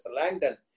Langdon